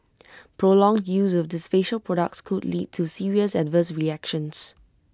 prolonged use of these facial products could lead to serious adverse reactions